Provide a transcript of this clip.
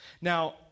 Now